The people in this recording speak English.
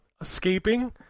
Escaping